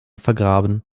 vergraben